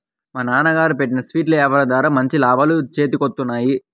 మా నాన్నగారు పెట్టిన స్వీట్ల యాపారం ద్వారా మంచి లాభాలు చేతికొత్తన్నాయి